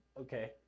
okay